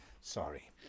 Sorry